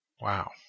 Wow